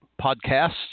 podcasts